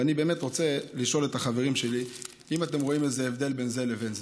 ואני באמת רוצה לשאול את החברים שלי אם אתם רואים הבדל בין זה לבין זה,